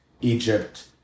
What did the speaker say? Egypt